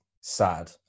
sad